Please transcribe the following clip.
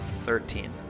Thirteen